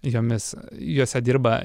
jomis jose dirba